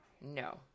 No